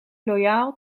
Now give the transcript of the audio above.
loyaal